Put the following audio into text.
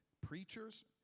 preachers